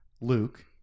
luke